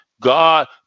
God